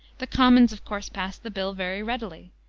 the commons, of course, passed the bill very readily.